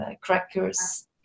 Crackers